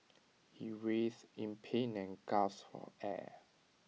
he writes in pain and gasped for air